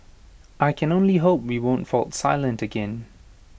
I can only hope we won't fall silent again